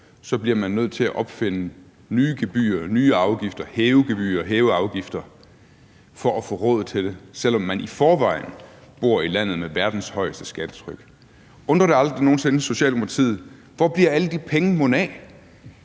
ro og orden, nødt til at opfinde nye gebyrer og nye afgifter og hæve gebyrer og hæve afgifter for at få råd til det – selv om man i forvejen bor i landet med verdens højeste skattetryk? Undrer det aldrig nogen sinde Socialdemokratiet, hvor alle de penge mon